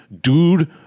dude